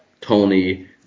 Tony